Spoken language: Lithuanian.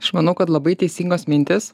aš manau kad labai teisingos mintys